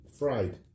Fried